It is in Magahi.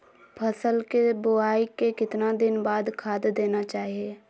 फसल के बोआई के कितना दिन बाद खाद देना चाइए?